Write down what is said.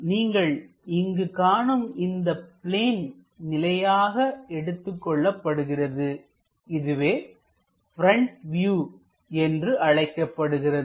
நீங்கள் இங்கு காணும் இந்த பிளேன் நிலையாக எடுத்துக் கொள்ளப்பட்டுள்ளது இதுவே பிரண்ட் வியூ என்று அழைக்கப்படுகிறது